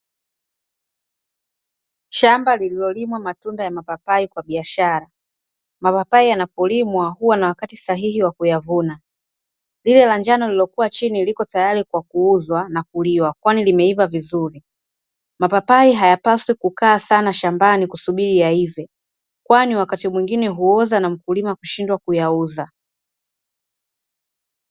Shamba lillilolimwa matunda ya mapapai kwa biashara. mapapai yanapolimwa huwa na wakati sahihi wakuyavuma , lile njano liliokuwa chini lipo tayari kwa kuuzwa na kuliwa kwani limeiva vizuri, mapapai hayapaswi kukaa sana shambani kusubiri yaive kwani wakati mwingine huoza na mkulima kushidwa kuyauza .